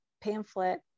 pamphlet